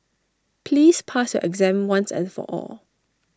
please pass your exam once and for all